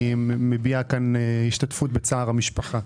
אני מביע כאן השתתפות בצער המשפחה.